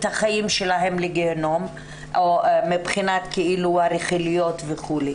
החיים שלהם לגיהינום מבחינת הרכילויות וכולי.